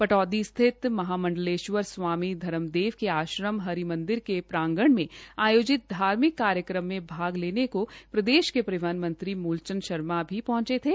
पटौदी स्थित महामंडलेश्वर स्वामी धर्मदेव ने आश्रम हरि मंदिर के प्रागंन में आयोजित धार्मिक कार्यक्रम में भाग लेने को प्रदेश के परिहवन मंत्री मूल चंद शर्मा भी पह्ंचे थे